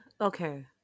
okay